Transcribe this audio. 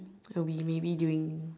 will be maybe doing